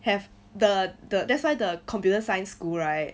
have the the that's why the computer science school right